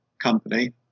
company